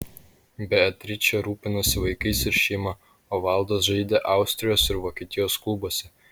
beatričė rūpinosi vaikais ir šeima o valdas žaidė austrijos ir vokietijos klubuose